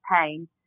pain